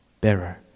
bearer